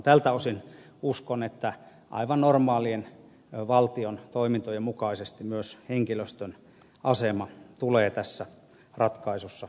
tältä osin uskon että aivan normaalien valtion toimintojen mukaisesti myös henkilöstön asema tulee tässä ratkaisussa turvattua